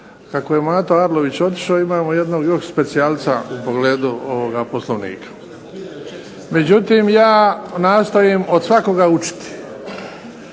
kako je Mato Arlović otišao, imamo jednog još specijalca u pogledu Poslovnika. Međutim, ja nastojim od svakoga učiti